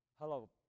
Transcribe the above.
Hello